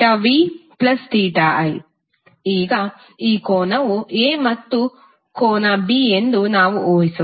12VmImcos 2tvi ಈಗ ಈ ಕೋನವು A ಮತ್ತು ಕೋನ B ಎಂದು ನಾವು ಊಹಿಸೋಣ